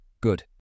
Good